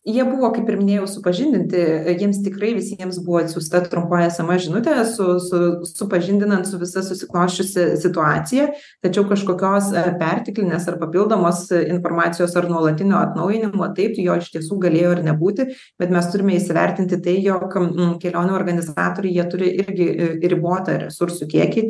jie buvo kaip ir minėjau supažindinti jiems tikrai visiems buvo atsiųsta trumpąja sms žinute su su supažindinant su visa susiklosčiusi situacija tačiau kažkokios ar perteklinės ar papildomos informacijos ar nuolatinio atnaujinimo taip jo iš tiesų galėjo ir nebūti bet mes turime įsivertinti tai jog m kelionių organizatorių jie turi irgi ir ribotą resursų kiekį